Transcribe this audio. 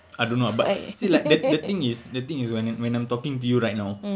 I don't know uh but see like the the the thing is the thing is when I'm talking to you right now